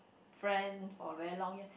friend for a very long year